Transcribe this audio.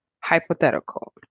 Hypothetical